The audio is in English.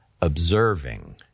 observing